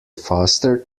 faster